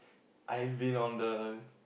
I've been on the